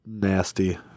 nasty